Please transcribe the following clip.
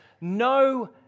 no